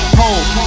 home